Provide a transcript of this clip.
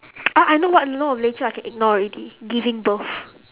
ah I know what law of nature I can ignore already giving birth